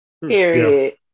Period